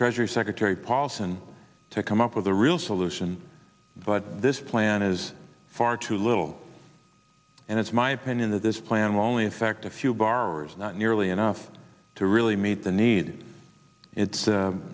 treasury secretary paulson to come up with a real solution but this plan is far too little and it's my opinion that this plan will only affect a few borrowers not nearly enough to really meet the need it's